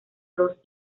dos